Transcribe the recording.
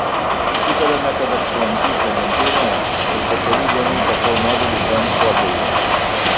susitarėme kad apsilankysiu agentūroje ir po kelių dienų tapau modeliu bent popieriuje